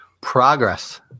progress